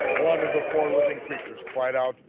one of the four living creature cried out,